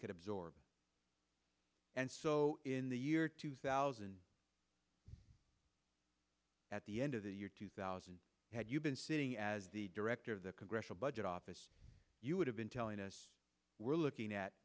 could absorb and so in the year two thousand at the end of the year two thousand had you been sitting as the director of the congressional budget office you would have been telling us we're looking at